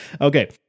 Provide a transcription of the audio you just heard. Okay